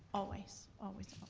always, always,